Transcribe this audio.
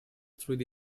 through